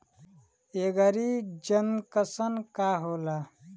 एगरी junction का होला?